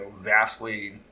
vastly